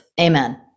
Amen